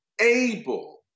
able